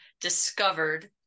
discovered